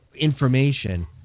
information